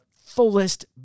fullest